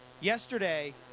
Yesterday